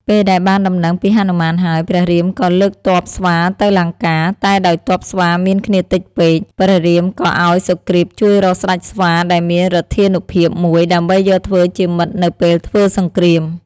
ពេលដែលបានដំណឹងពីហនុមានហើយ ព្រះរាមក៏លើកទ័ពស្វាទៅលង្កា តែដោយទ័ពស្វាមានគ្នាតិចពេក ព្រះរាមក៏ឱ្យសុគ្រីពជួយរកស្តេចស្វាដែលមានឫទ្ធានុភាពមួយ ដើម្បីយកធ្វើជាមិត្តនៅពេលធ្វើសង្គ្រាម។